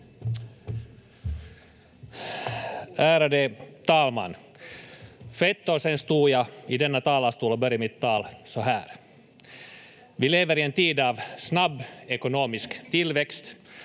Ärade talman! För ett år sedan stod jag i denna talarstol och började mitt tal så här: ”Vi lever i en tid av snabb ekonomisk tillväxt.